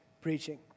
preaching